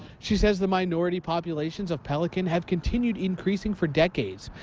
she says the minority populations of pelican have continued increasing for decades.